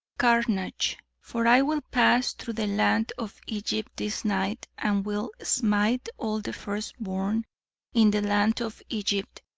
carnage for i will pass through the land of egypt this night and will smite all the first born in the land of egypt,